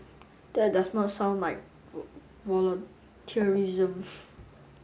that does not sound like volunteerism